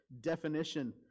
definition